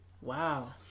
Wow